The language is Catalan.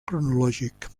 cronològic